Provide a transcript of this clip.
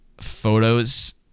photos